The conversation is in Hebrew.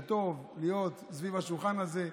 זה טוב להיות סביב השולחן הזה,